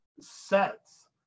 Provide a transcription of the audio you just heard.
sets